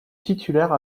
titulaire